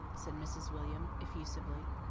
said mrs. william effusively.